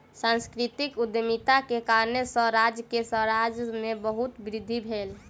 सांस्कृतिक उद्यमिता के कारणेँ सॅ राज्य के राजस्व में बहुत वृद्धि भेल